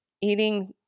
eating